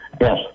Yes